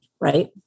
right